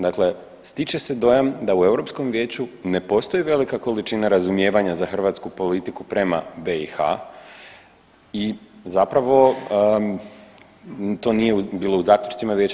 Dakle, stiče se dojam da u Europskom vijeću ne postoji velika količina razumijevanja za hrvatsku politiku prema BiH i zapravo to nije bilo u zaključcima Vijeća.